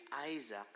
Isaac